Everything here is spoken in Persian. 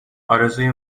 ارزوی